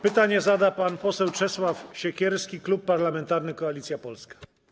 Pytanie zada pan poseł Czesław Siekierski, Klub Parlamentarny Koalicja Polska.